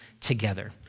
together